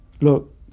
Look